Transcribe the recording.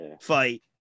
fight